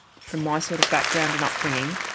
from my sort of background and upbringing,